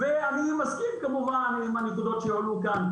ואני מסכים כמובן עם הנקודות שעלו כאן,